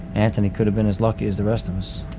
anthony could have been as lucky as the rest of us.